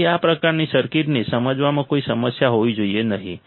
તેથી આ પ્રકારના સર્કિટ્સને સમજવામાં કોઈ સમસ્યા હોવી જોઈએ નહીં